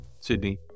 Sydney